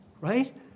right